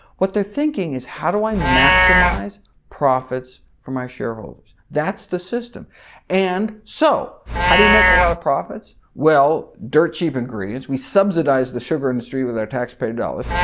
what they're thinking is how do i maximize profits for my shareholders? that's the system and so, how do you make a lot of profits? well, dirt cheap ingredients, we subsidize the sugar industry with our taxpayer dollars,